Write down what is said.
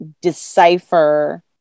decipher